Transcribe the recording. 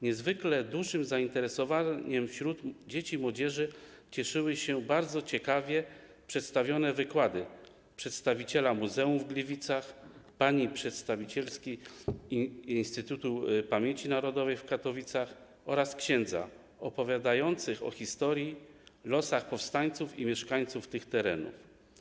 Niezwykle dużym zainteresowaniem wśród dzieci i młodzieży cieszyły się bardzo ciekawie przedstawione wykłady przedstawiciela muzeum w Gliwicach, przedstawicielki Instytutu Pamięci Narodowej w Katowicach oraz księdza, opowiadających o historii, losach powstańców i mieszkańców tych terenów.